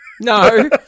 No